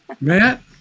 Matt